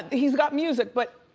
he's got music, but